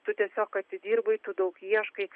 tu tiesiog atidirbai tu daug ieškai